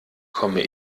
komme